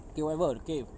okay whatever okay